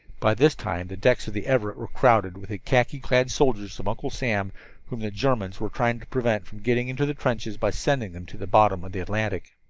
by this time the decks of the everett were crowded with the khaki-clad soldiers of uncle sam whom the germans were trying to prevent from getting into the trenches by sending them to the bottom of the atlantic.